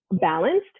balanced